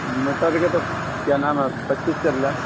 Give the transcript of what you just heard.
مٹر کے تو کیا نام ہے پچیس چل رہا ہے